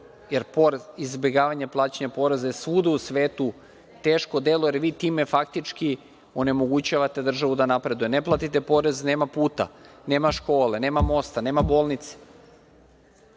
jer izbegavanje plaćanja poreza je svuda u svetu teško delo, jer vi time faktički onemogućavate državu da napreduje. Ne platite porez – nema puta, nema škole, nema mosta, nema bolnice.